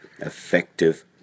effective